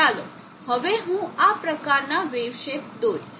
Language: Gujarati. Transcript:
ચાલો હવે હું આ પ્રકારના વેવ સેપ દોરીશ